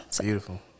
Beautiful